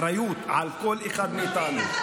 זו אחריות של כל אחד מאיתנו.